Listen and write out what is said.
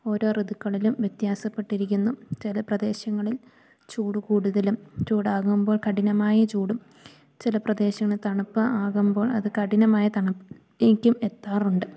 ഓരോ ഋതുക്കളിലും വ്യത്യാസപ്പെട്ടിരിക്കുന്നു ചില പ്രദേശങ്ങളിൽ ചൂടു കൂടുതലും ചൂടാകുമ്പോൾ കഠിനമായി ചൂടും ചില പ്രദേശങ്ങള് തണുപ്പാകുമ്പോൾ അതു കഠിനമായ തണുപ്പിലേക്കും എത്താറുണ്ട്